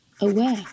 aware